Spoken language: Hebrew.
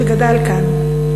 שגדל כאן.